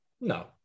No